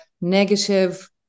negative